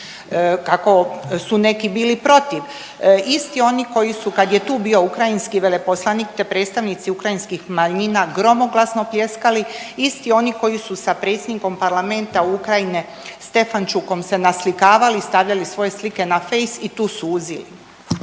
kako su neki bili i protiv, isti oni koji su kad je tu bio ukrajinski veleposlanik, te predstavnici ukrajinskih manjina gromoglasno pljeskali, isti oni koji su sa predsjednikom parlamenta Ukrajine Stefanćukom se naslikavali i stavljali svoje slike na Fejs i tu suzili.